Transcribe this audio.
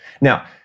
Now